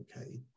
okay